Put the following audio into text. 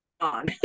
on